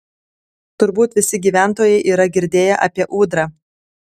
turbūt visi gyventojai yra girdėję apie ūdrą